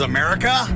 America